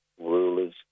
rulers